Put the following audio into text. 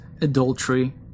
adultery